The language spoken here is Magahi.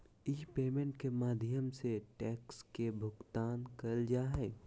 ई पेमेंट के माध्यम से टैक्स के भुगतान करल जा हय